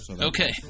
Okay